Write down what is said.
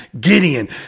Gideon